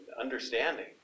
understanding